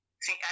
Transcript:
See